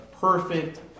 perfect